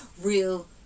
real